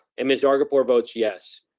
and miss zargarpur votes yes.